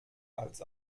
als